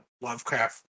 Lovecraft